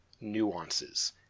nuances